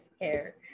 hair